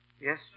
Yes